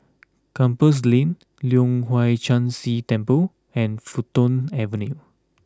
Compassvale Lane Leong Hwa Chan Si Temple and Fulton Avenue